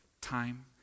time